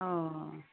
অঁ